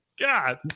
God